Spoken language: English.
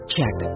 Check